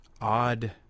odd